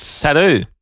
Tattoo